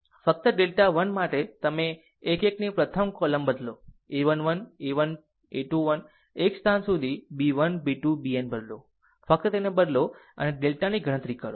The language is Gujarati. ફક્ત ડેલ્ટા 1 માટે તમે 1 1 ની આ પ્રથમ કોલમ બદલો a 1 1 a 21 એક સ્થાન સુધી b 1 b 2 bn બદલો ફક્ત તેને બદલો અને ડેલ્ટાની ગણતરી કરો